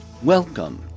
Welcome